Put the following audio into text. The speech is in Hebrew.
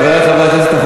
חברי חברי הכנסת,